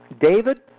David